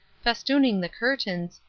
festooning the curtains,